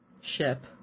ship